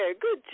good